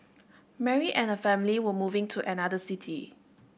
Mary and her family were moving to another city